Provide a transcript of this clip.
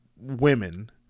women